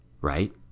Right